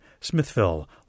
Smithville